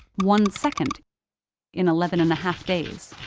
one second in eleven and a half days,